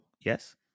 yes